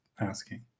asking